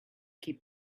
keep